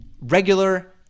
regular